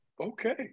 Okay